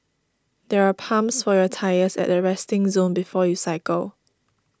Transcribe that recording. there are pumps for your tyres at the resting zone before you cycle